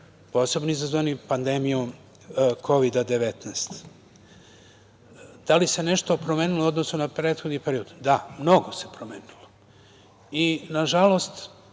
posebno izazvani pandemijom Kovida-19.Da li se nešto promenilo u odnosu na prethodni period? Da, mnogo se promenilo. Nažalost,